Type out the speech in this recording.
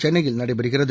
சென்னையில் நடைபெறுகிறது